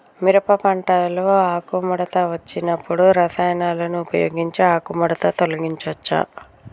మిరప పంటలో ఆకుముడత వచ్చినప్పుడు రసాయనాలను ఉపయోగించి ఆకుముడత తొలగించచ్చా?